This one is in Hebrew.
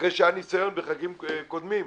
וזה אחרי שהיה ניסיון בחגים קודמים,